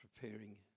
preparing